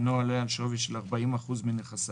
אינו עולה על שווי 40% מנכסיו,